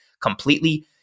completely